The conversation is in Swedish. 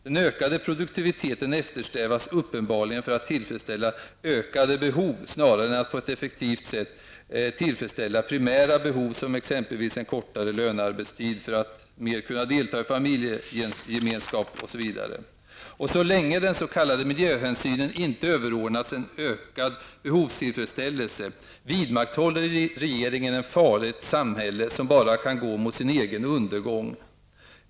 Den ökade produktiviteten eftersträvas uppenbarligen för att tillfredsställa ökade behov snarare än att på ett effektivt sätt tillfredsställa primära behov, exempelvis en kortare lönearbetstid för att mer kunna delta i familjegemenskap, osv. Så länge den s.k. miljöhänsynen inte överordnas en ökad behovstillfredsställelse vidmakthåller regeringen ett farligt samhälle som bara kan gå mot sin egen undergång.